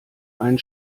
einen